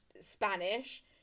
Spanish